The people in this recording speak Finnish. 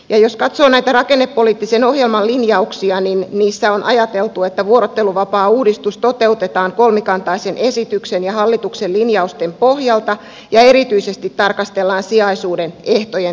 jos katsoo näitä rakennepoliittisen ohjelman linjauksia niissä on ajateltu että vuorotteluvapaauudistus toteutetaan kolmikantaisen esityksen ja hallituksen linjausten pohjalta ja erityisesti tarkastellaan sijaisuuden ehtojen tiukentamista